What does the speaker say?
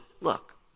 look